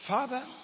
Father